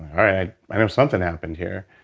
i i know something happened here.